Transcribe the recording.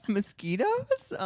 Mosquitoes